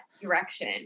direction